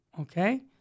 Okay